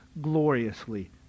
gloriously